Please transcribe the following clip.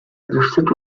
understood